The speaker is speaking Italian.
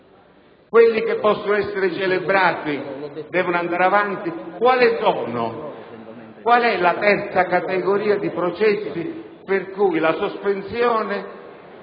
quelli che possono essere celebrati devono andare avanti, quale è la terza categoria di processi per i quali la sospensione